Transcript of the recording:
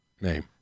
name